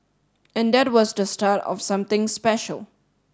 and that was the start of something special